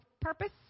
Purpose